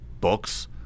books